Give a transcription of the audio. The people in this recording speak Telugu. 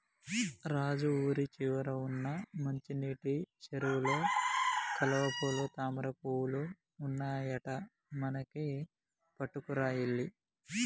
రాజు ఊరి చివర వున్న మంచినీటి సెరువులో కలువపూలు తామరపువులు ఉన్నాయట మనకి పట్టుకురా ఎల్లి